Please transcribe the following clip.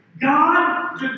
God